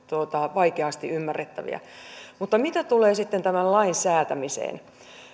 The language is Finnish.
vaikeasti ymmärrettäviä mutta mitä tulee sitten tämän lain säätämiseen